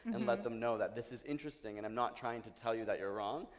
and let them know that this is interesting and i'm not trying to tell you that you're wrong,